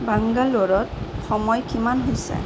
বাংগালোৰত সময় কিমান হৈছে